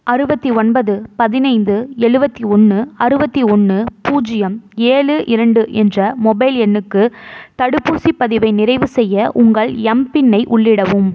அறுபத்தி ஒன்பது பதினைந்து எழுபத்தி ஒன்று அறுபத்தி ஒன்று பூஜ்யம் ஏழு இரண்டு என்ற மொபைல் எண்ணுக்கு தடுப்பூசிப் பதிவை நிறைவு செய்ய உங்கள் எம்பின்னை உள்ளிடவும்